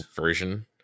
version